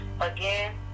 Again